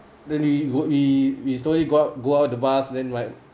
then we we we slowly go out go out the bus then like